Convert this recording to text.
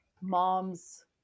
mom's